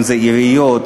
אם עיריות,